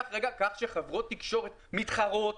כך שחברות תקשורת מתחרות